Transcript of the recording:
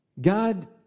God